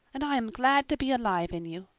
and i am glad to be alive in you.